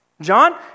John